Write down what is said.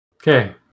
Okay